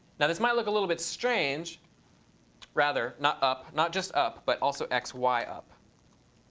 now, this might look a little bit strange rather, not up. not just up but also x, y up.